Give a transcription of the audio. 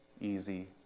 easy